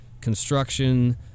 construction